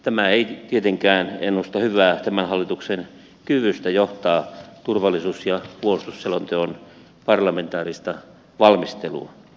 tämä ei tietenkään ennusta hyvää tämän hallituksen kyvystä johtaa turvallisuus ja puolustusselonteon parlamentaarista valmistelua